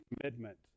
commitment